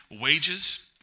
wages